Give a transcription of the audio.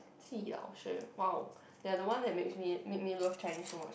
Ji 老师:Lao-Shi !wow! they are the ones that makes me make me love Chinese so much